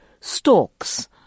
stalks